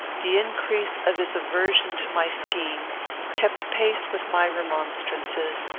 the increase of his aversion to my scheme kept pace with my remonstrances,